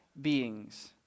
beings